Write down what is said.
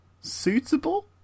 suitable